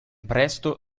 presto